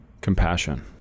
compassion